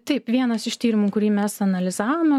taip vienas iš tyrimų kurį mes analizavome